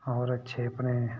होर अच्छे अपने